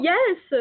Yes